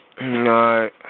right